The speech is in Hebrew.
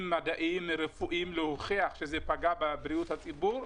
מדעיים רפואיים להוכיח שזה פגע בבריאות הציבור,